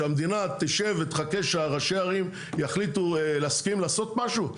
שהמדינה תשב ותחכה שראשי הערים יחליטו להסכים לעשות משהו?